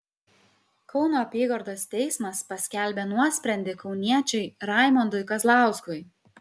kauno apygardos teismas paskelbė nuosprendį kauniečiui raimondui kazlauskui